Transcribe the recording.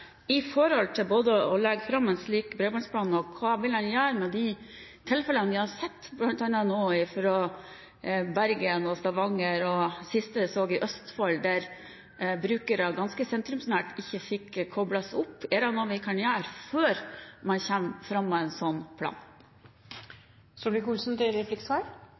å legge fram en slik bredbåndsplan, og hva han vil gjøre med de tilfellene vi har sett bl.a. fra Bergen og Stavanger og sist i Østfold, der brukere ganske sentrumsnært ikke fikk koblet seg opp. Er det noe vi kan gjøre før man kommer fram til en sånn